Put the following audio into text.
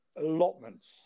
Allotments